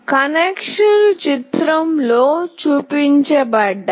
కనెక్షన్లు చిత్రంలో చూపించబడ్డాయి